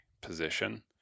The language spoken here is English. position